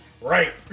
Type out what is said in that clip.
right